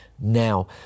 now